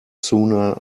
sooner